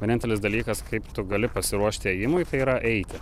vienintelis dalykas kaip tu gali pasiruošti ėjimui tai yra eiti